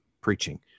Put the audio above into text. preaching